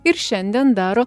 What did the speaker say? ir šiandien daro